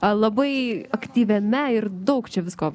labai aktyviame ir daug čia visko